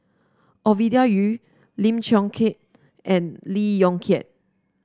Ovidia Yu Lim Chong Keat and Lee Yong Kiat